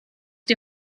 die